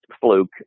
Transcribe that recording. fluke